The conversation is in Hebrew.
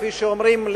כפי שאומרים,